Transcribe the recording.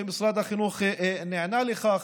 ומשרד החינוך נענה לכך.